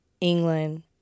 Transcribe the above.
England